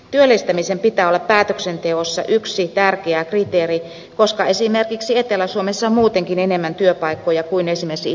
työllistämisen pitää olla päätöksenteossa yksi tärkeä kriteeri koska esimerkiksi etelä suomessa on muutenkin enemmän työpaikkoja kuin esimerkiksi itä suomessa